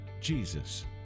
jesus